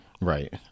Right